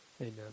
Amen